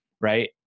right